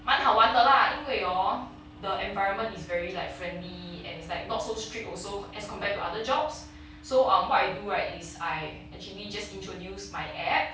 蛮好玩的 lah 因为 hor the environment is very like friendly and it's like not so strict also as compared to other jobs so um what I do right is I actually just introduce my app